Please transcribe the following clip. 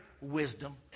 wisdom